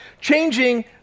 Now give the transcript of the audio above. changing